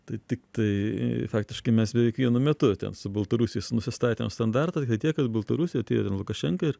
tai tiktai faktiškai mes beveik vienu metu ten su baltarusiais nusistatėm standartą tiek kad baltarusija atėjo ten lukašenka ir